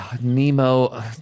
Nemo